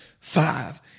five